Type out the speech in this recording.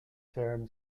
term